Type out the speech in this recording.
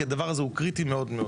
כי הדבר הזה הוא קריטי מאוד.